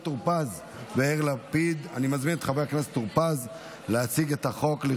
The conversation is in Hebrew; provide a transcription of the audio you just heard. אני קובע כי הצעת חוק הביטוח הלאומי (תיקון,